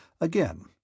again